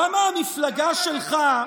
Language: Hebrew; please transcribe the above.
למה המפלגה שלך,